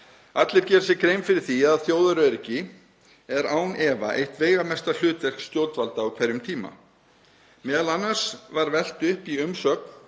Allir gera sér grein fyrir því að þjóðaröryggi er án efa eitt veigamesta hlutverk stjórnvalda á hverjum tíma, m.a. var velt upp í umsögn